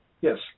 Yes